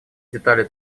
детали